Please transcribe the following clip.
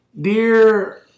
Dear